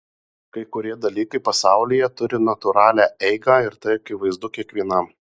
kai kurie dalykai pasaulyje turi natūralią eigą ir tai akivaizdu kiekvienam